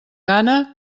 gana